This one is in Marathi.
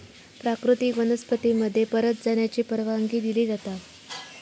प्राकृतिक वनस्पती मध्ये परत जाण्याची परवानगी दिली जाता